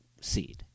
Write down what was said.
seed